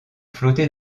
flotter